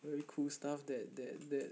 very cool stuff that that that